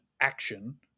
action